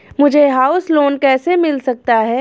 मुझे house loan कैसे मिल सकता है?